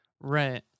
Right